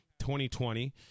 2020